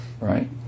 Right